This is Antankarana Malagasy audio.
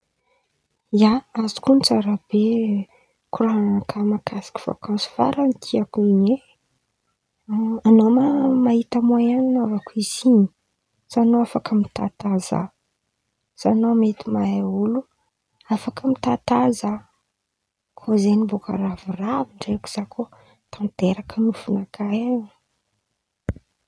Ia, azoko on̈ono tsara be koran̈a makasika vakansy faran̈y tiako in̈y e, an̈ao ma mahita moaen anan̈aovako izy in̈y sa an̈ao afaka mitahataha zaho, sa an̈ao mety mahay olo afaka mitahataha zaho, koa zen̈y bôka ravoravo ndraiky zaho kô tanteraka nofin̈aka e.